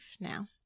now